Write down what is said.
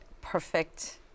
perfect